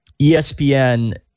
ESPN